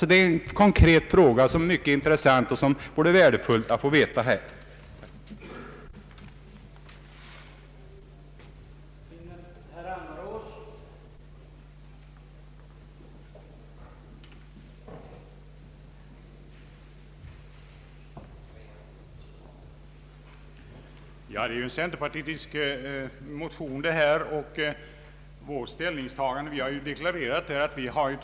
Det är en konkret fråga som är mycket intressant och som det vore värdefullt att få ett svar på här.